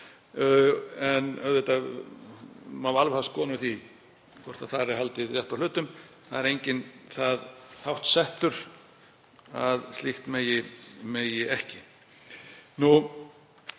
en auðvitað má alveg hafa skoðanir á því hvort þar er haldið rétt á hlutum. Það er enginn það háttsettur að slíkt megi ekki.